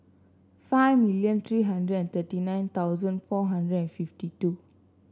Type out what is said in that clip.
five million three hundred and thirty nine thousand four hundred and fifty two